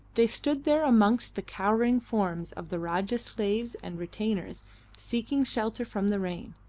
they stood there amongst the cowering forms of the rajah's slaves and retainers seeking shelter from the rain,